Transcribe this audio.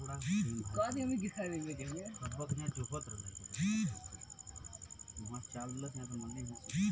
खाता का balance check करे के बा?